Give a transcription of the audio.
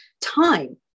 time